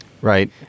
Right